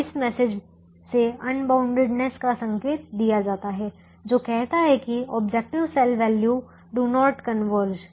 तो इस मैसेज से अनबाउंडेडनेस का संकेत दिया जाता है जो कहता है कि objective cell value do not converge